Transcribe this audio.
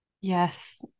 Yes